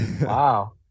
wow